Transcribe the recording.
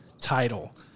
title